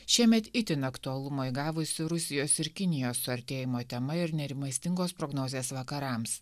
šiemet itin aktualumo įgavusi rusijos ir kinijos suartėjimo tema ir nerimastingos prognozės vakarams